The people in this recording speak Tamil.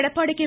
எடப்பாடி கே